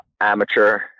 amateur